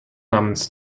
namens